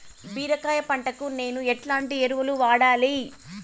బీరకాయ పంటకు నేను ఎట్లాంటి ఎరువులు వాడాలి?